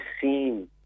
seen